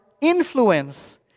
influence